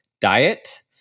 diet